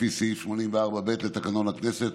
לפי סעיף 84(ב) לתקנון הכנסת,